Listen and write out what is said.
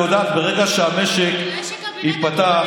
הרי את יודעת, ברגע שהמשק ייפתח,